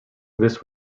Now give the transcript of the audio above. this